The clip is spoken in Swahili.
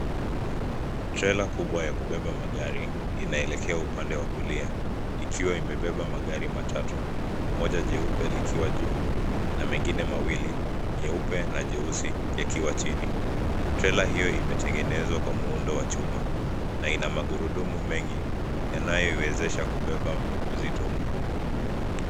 Trela kubwa ya kubebab magari inelekea upande wa kulia ikiwa imebeba magari matatu, moja jeupe likiwa juu na mengine mawili, nyeupe na jeusi yakiwa chini. Trela hiyo imetengenezwa kwa muundo wa chuma, na ina magurudumu mengi yanayoiwezesha kubeba uzito mkubwa.